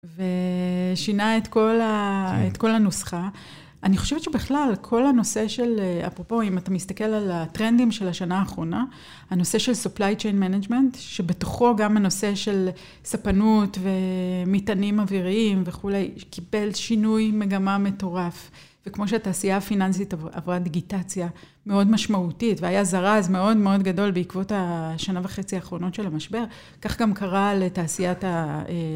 ו...שינה את כל ה... את כל הנוסחה. אני חושבת שבכלל, כל הנושא של, אה... אפרופו, אם אתה מסתכל על הטרנדים של השנה האחרונה, הנושא של supply chain management, שבתוכו גם הנושא של... ספנות, ו...מטענים אוויריים, וכולי, קיבל שינוי מגמה מטורף. וכמו שהתעשייה הפיננסית עב-עברה דיגיטציה, מאוד משמעותית, והיה זרז מאוד מאוד גדול בעקבות השנה וחצי האחרונות של המשבר, כך גם קרה לתעשיית ה... אה...